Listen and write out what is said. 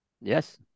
yes